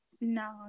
No